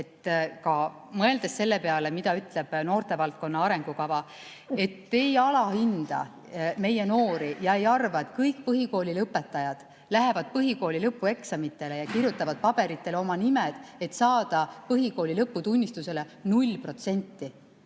mõeldes ka selle peale, mida ütleb noortevaldkonna arengukava, et me ei alahinda noori ja ei arva, et kõik põhikooli lõpetajad lähevad põhikooli lõpueksamitele ja kirjutavad paberitele oma nimed, et saada põhikooli lõputunnistusele 0%.